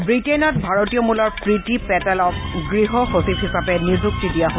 ৱিটেইনত ভাৰতীয় মূলৰ প্ৰীতি পেটেলক গৃহ সচিব হিচাপে নিযুক্তি দিয়া হৈছে